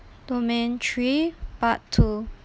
domain three part two